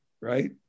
right